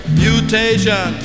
mutation